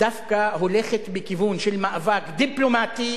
דווקא הולכת בכיוון של מאבק דיפלומטי,